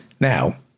Now